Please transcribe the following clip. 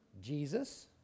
Jesus